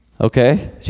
Okay